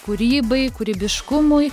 kūrybai kūrybiškumui